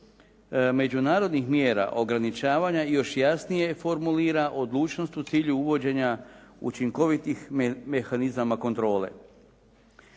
međunarodnih mjera ograničavanja još jasnije formulira odlučnost u cilju uvođenja učinkovitih mehanizama kontrole.